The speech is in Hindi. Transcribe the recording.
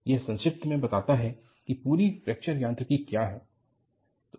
यह संक्षिप्त में बताता है कि पूरी फैक्चर यांत्रिकी क्या है